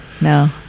No